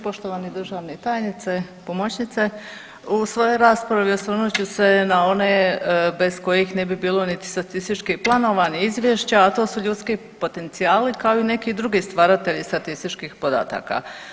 Poštovani državni tajniče, pomoćnice, u svojoj raspravi osvrnut ću se na one bez kojih ne bi bilo niti statističkih planova, ni izvješća, a to su ljudski potencijali kao i neki drugi stvaratelji statističkih podataka.